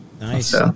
Nice